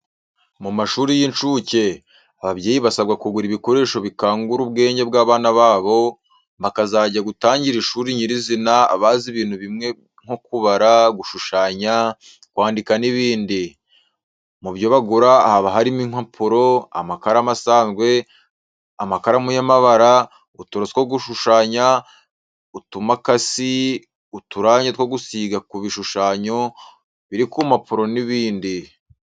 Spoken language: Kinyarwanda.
Mu mashuri y'incuke, ababyeyi basabwa kugura ibikoresho bikangura ubwenge bw'abana babo, bakazajya gutangira ishuri nyirizina bazi ibintu bimwe nko kubara, gushushanya, kwandika n'ibindi. Mu byo bagura haba harimo impapuro, amakaramu asanzwe, amakaramu y'amabara, uturoso two gushushanyisha, utumakasi, uturange two gusiga ku bishushanyo biri ku mpapuro n'ibindi.